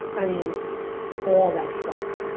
i mean all that stuff,